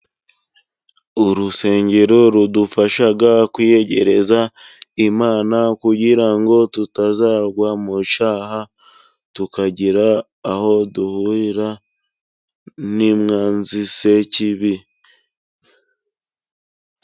Urusengero rudufasha kwiyegereza Imana kugira ngo tutazagwa mu cyaha, tukagira aho duhurira n'umwanzi sekibi.